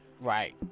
right